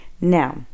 now